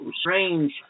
strange